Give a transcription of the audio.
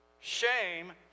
shame